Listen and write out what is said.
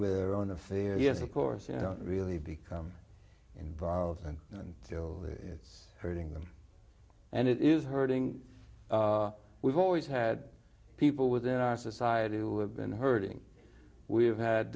with their own affairs yes of course you know really become involved and it's hurting them and it is hurting we've always had people within our society who have been hurting we